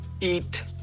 Eat